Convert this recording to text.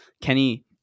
kenny